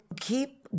keep